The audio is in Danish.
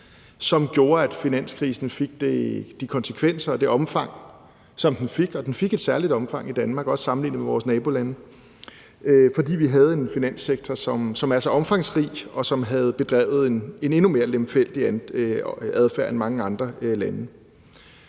som gjorde, at finanskrisen fik de konsekvenser og det omfang, som den fik. Og den fik et særligt omfang i Danmark, også sammenlignet med vores nabolande, fordi vi havde en finanssektor, som var så omfangsrig, og som havde bedrevet en endnu mere lemfældig adfærd end mange andre landes